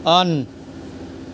on